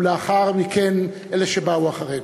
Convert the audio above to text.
ולאחר מכן אלה שבאו אחרינו.